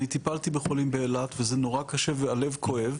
אני טיפלתי בחולים באילת וזה נורא קשה והלב כואב,